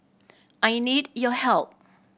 I need your help